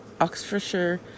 Oxfordshire